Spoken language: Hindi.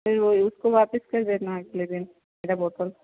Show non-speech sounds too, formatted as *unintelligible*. *unintelligible* उसको वापस कर देना अगले दिन मेरा बोतल